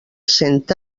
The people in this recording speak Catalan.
cent